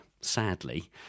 sadly